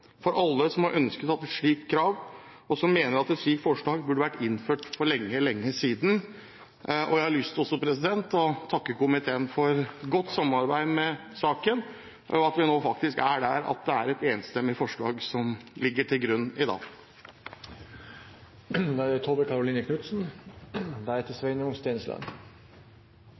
for alle som har ønsket et slikt krav, og som mener at et slikt forslag burde vært innført for lenge, lenge siden. Jeg har også lyst til å takke komiteen for godt samarbeid i saken, og for at vi nå faktisk er der at det er et enstemmig forslag som ligger til grunn i dag. Arbeiderpartiet støtter det